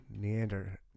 Neander